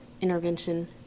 intervention